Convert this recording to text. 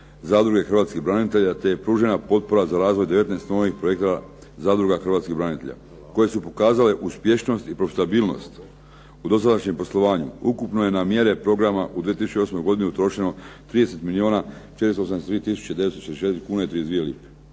zadruge hrvatskih branitelja te je pružena potpora za razvoj 19 novih projekata zadruga hrvatskih branitelja koje su pokazale uspješnost i profitabilnost u dosadašnjem poslovanju. Ukupno je na mjere programa u 2008. godini utrošeno 30 milijuna 483 tisuće 944 kune i 32 lipe.